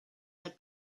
had